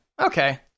okay